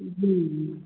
जी जी